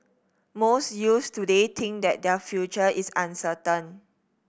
most youths today think that their future is uncertain